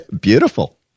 Beautiful